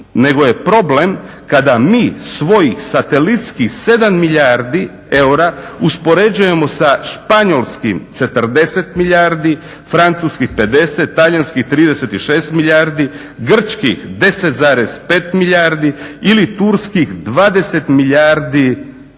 nego je problem kada mi svojih satelitskih 7 milijardi eura uspoređujemo sa Španjolskim 40 milijardi, francuskih 50, talijanskih 36 milijardi, grčkih 10,5 milijardi ili turskih 20 milijardi eura